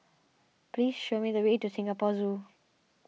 please show me the way to Singapore Zoo